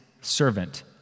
servant